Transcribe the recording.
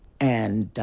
and.